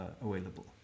available